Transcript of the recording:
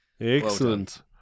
excellent